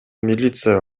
милиция